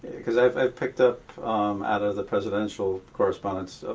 because i picked up out of the presidential correspondence